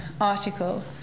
article